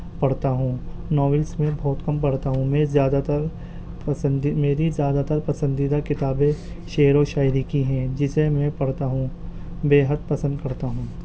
پڑھتا ہوں ناولس میں بہت کم پڑھتا ہوں میں زیادہ تر پسندی میری زیادہ تر پسندیدہ کتابیں شعر و شاعری کی ہیں جسے میں پڑھتا ہوں بےحد پسند کرتا ہوں